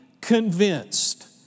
convinced